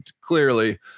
clearly